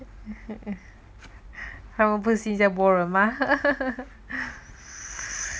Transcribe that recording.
他们不是新加坡人吗